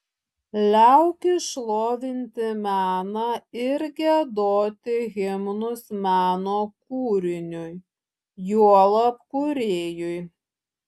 liaukis šlovinti meną ir giedoti himnus meno kūriniui juolab kūrėjui